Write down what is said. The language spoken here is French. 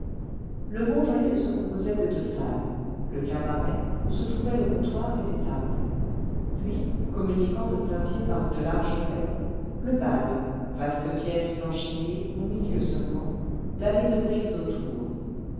le bon joyeux se composait de deux salles le cabaret où se trouvaient le comptoir et des tables puis communiquant de plain-pied par une large baie le bal vaste pièce planchéiée au milieu seulement dallée de briques autour